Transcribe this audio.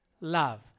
love